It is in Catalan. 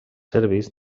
serbis